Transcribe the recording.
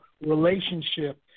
relationship